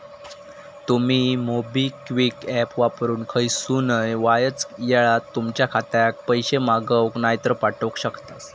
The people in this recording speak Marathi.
तुमी मोबिक्विक ऍप वापरून खयसूनय वायच येळात तुमच्या खात्यात पैशे मागवक नायतर पाठवक शकतास